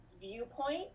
viewpoint